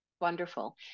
Wonderful